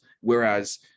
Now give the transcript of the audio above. whereas